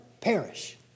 perish